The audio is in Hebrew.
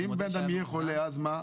ואם בן אדם נהיה חולה אז מה?